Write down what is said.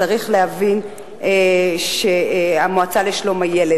צריך להבין שהמועצה לשלום הילד,